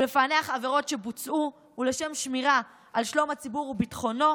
לשם פענח עבירות שבוצעו ולשם שמירה על שלום הציבור וביטחונו,